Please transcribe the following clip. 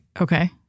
Okay